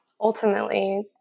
ultimately